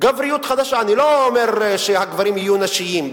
אני לא אומר שהגברים יהיו "נשיים",